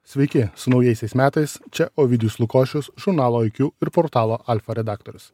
sveiki su naujaisiais metais čia ovidijus lukošius žurnalo aikju ir portalo alfa redaktorius